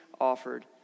offered